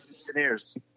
engineers